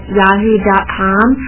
yahoo.com